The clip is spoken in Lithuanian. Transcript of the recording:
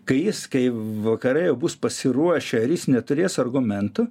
kai jis kai vakarai jau bus pasiruošę ir jis neturės argumentų